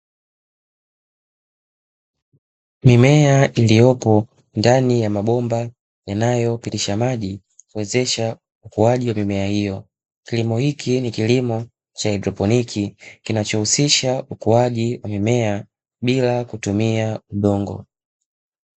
Mimea iliyopo ndani ya mabomba yanayopitisha maji kuwezesha ukuaji wa mimea hiyo. Kilimo hiki ni kilimo cha haidroponi kinachohusisha ukuaji wa mimea bila kutumia udongo.